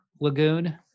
lagoon